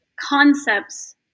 concepts